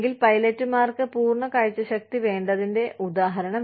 അല്ലെങ്കിൽ പൈലറ്റുമാർക്ക് പൂർണ്ണ കാഴ്ചശക്തി വേണ്ടതിന്റെ ഉദാഹരണം